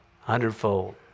hundredfold